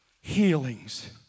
healings